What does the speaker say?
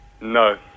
No